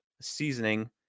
seasoning